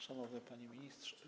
Szanowny Panie Ministrze!